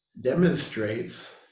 demonstrates